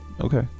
Okay